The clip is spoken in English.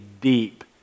deep